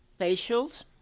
facials